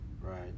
Right